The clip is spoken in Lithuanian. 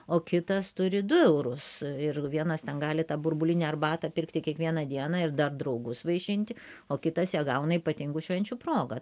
o kitas turi du eurus ir vienas ten gali tą burbulinę arbatą pirkti kiekvieną dieną ir dar draugus vaišinti o kitas ją gauna ypatingų švenčių proga